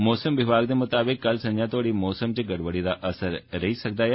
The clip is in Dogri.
मौसम विभाग दे मताबक कल संझां तोहड़ी मौसम च गड़बड़ी दा असर रे सकदा ऐ